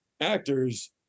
actors